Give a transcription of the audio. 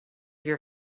your